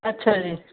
ਅੱਛਾ ਜੀ